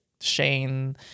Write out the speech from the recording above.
Shane